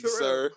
sir